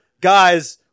Guys